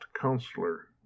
counselor